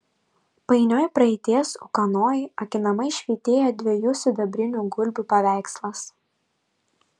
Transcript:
painioj praeities ūkanoj akinamai švytėjo dviejų sidabrinių gulbių paveikslas